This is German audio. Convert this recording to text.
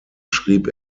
schrieb